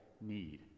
need